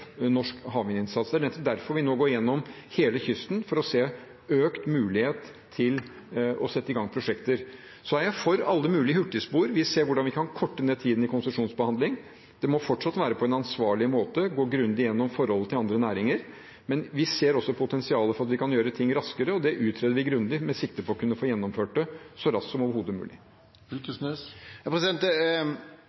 norsk havvindinnsats. Det er nettopp derfor vi nå går gjennom hele kysten for å se økt mulighet til å sette i gang prosjekter. Så er jeg for alle mulige hurtigspor, vi ser hvordan vi kan korte ned tiden i konsesjonsbehandling. Det må fortsatt være på en ansvarlig måte, gå grundig gjennom forholdet til andre næringer, men vi ser også potensialet for at vi kan gjøre ting raskere, og det utreder vi grundig med sikte på å kunne få gjennomført det så raskt som overhodet mulig.